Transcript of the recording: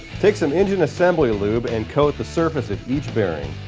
take some engine assembly lube and coat the surface of each bearing